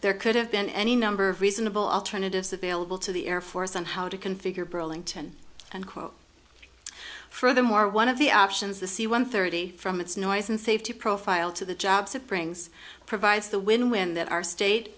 there could have been any number of reasonable alternatives available to the air force and how to configure burlington and quote furthermore one of the options the c one thirty from its noise and safety profile to the jobs it brings provides the win win that our state